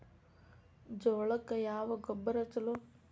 ಜೋಳಕ್ಕ ಯಾವ ಗೊಬ್ಬರ ಛಲೋ?